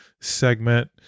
segment